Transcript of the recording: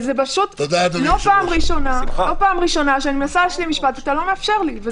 זה לא פעם ראשונה שאתה לא מאפשר לי להשלים משפט.